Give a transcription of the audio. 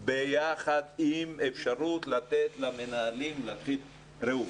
ביחד עם אפשרות לתת למנהלים ראו,